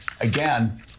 again